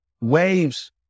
waves